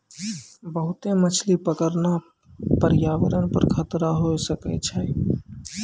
बहुते मछली पकड़ना प्रयावरण पर खतरा होय सकै छै